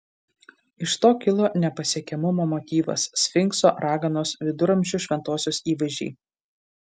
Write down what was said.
iš to kilo nepasiekiamumo motyvas sfinkso raganos viduramžių šventosios įvaizdžiai